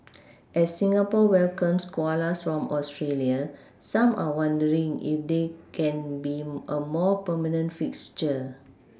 as Singapore welcomes koalas from Australia some are wondering if they can be a more permanent fixture